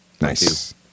Nice